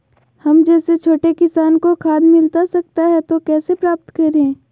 हम जैसे छोटे किसान को खाद मिलता सकता है तो कैसे प्राप्त करें?